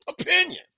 opinion